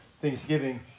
Thanksgiving